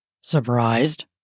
Surprised